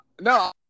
no